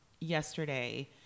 yesterday